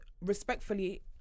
respectfully